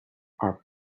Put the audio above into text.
are